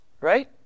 Right